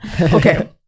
okay